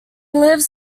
lives